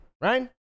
right